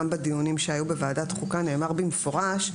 גם בדיונים שהיו בוועדת חוקה נאמר במפורש,